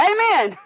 Amen